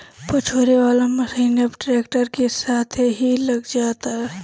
पछोरे वाला मशीन अब ट्रैक्टर के साथे भी लग जाला